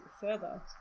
further